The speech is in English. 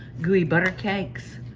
gooey butter cakes.